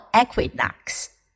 equinox